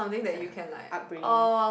it's like u~ upbringing